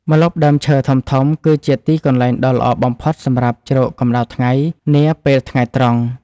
ម្លប់ដើមឈើធំៗគឺជាទីកន្លែងដ៏ល្អបំផុតសម្រាប់ជ្រកកម្តៅថ្ងៃនាពេលថ្ងៃត្រង់។